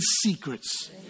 secrets